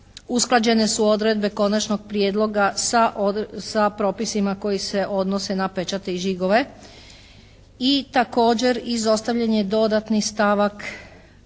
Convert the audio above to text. Usklađene su odredbe konačnog prijedloga sa propisima koji se odnose na pečate i žigove i također izostavljen je dodatni stavak